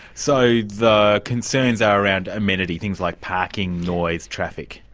so the concerns are around amenity things like parking, noise, traffic.